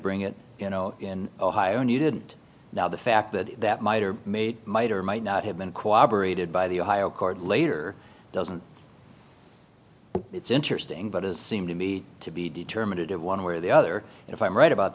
bring it you know in ohio and you didn't now the fact that that might or made might or might not have been cooperated by the ohio court later doesn't it's interesting but as seem to be to be determinative one way or the other and if i'm right about